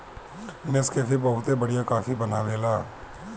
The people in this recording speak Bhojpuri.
नेस्कैफे बहुते बढ़िया काफी बनावेला